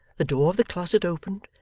the door of the closet opened,